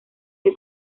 que